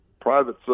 private